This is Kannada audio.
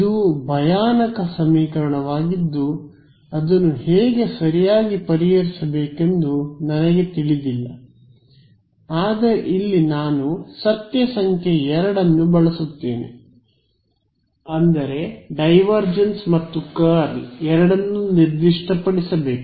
ಇದು ಭಯಾನಕ ಸಮೀಕರಣವಾಗಿದ್ದು ಅದನ್ನು ಹೇಗೆ ಸರಿಯಾಗಿ ಪರಿಹರಿಸಬೇಕೆಂದು ನನಗೆ ತಿಳಿದಿಲ್ಲ ಆದರೆ ಇಲ್ಲಿ ನಾನು ಸತ್ಯ ಸಂಖ್ಯೆ 2 ಅನ್ನು ಬಳಸುತ್ತೇನೆ ಫ್ಯಾಕ್ಟ್ ಸಂಖ್ಯೆ 2 ಅಂದರೆ ಡೈವರ್ಜೆನ್ಸ್ ಮತ್ತು ಕರ್ಲ್ ಎರಡನ್ನೂ ನಿರ್ದಿಷ್ಟಪಡಿಸಬೇಕು